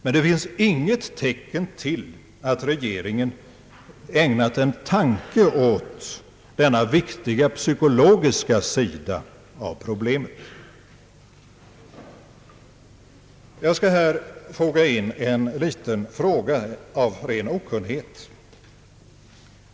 Men det finns inget tecken på att regeringen ägnat en tanke åt denna viktiga psykologiska sida av problemet. Jag skall här foga in en liten fråga av ren okunnighet.